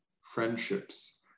friendships